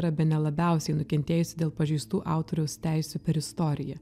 yra bene labiausiai nukentėjusi dėl pažeistų autoriaus teisių per istoriją